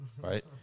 right